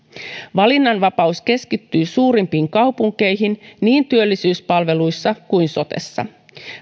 valinnanvapaus keskittyy suurimpiin kaupunkeihin niin työllisyyspalveluissa kuin sotessa